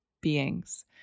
beings